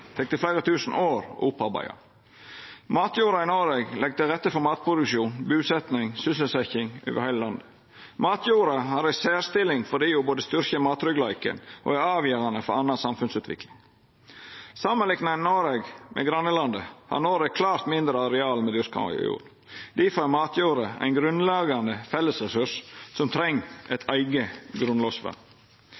tek det fleire tusen år å opparbeida. Matjorda i Noreg legg til rette for matproduksjon, busetjing og sysselsetjing over heile landet. Matjorda har ei særstilling fordi ho både styrkjer mattryggleiken og er avgjerande for anna samfunnsutvikling. Samanliknar ein Noreg med grannelanda, har Noreg klart mindre areal med dyrka jord. Difor er matjorda ein grunnleggjande fellesresurs som treng eit